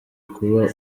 kuba